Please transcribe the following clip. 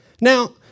Now